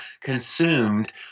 consumed